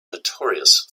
notorious